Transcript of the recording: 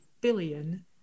billion